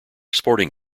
sporting